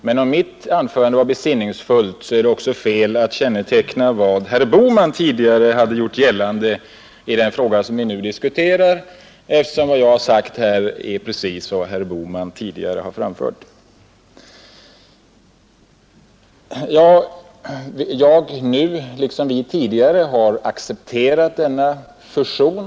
Men om mitt anförande var besinningsfullt är det också skäl att på det sättet känneteckna vad herr Bohman tidigare gjort gällande i den fråga vi nu diskuterar, eftersom vad jag sagt är precis detsamma som herr Bohman tidigare anfört. Nu har jag, liksom vi tidigare, accepterat denna fusion.